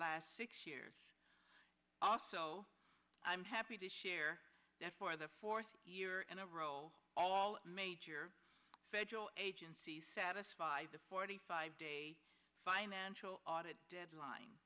last six years also i'm happy to share that for the fourth year in a row all major federal agencies satisfy the forty five day financial audit deadline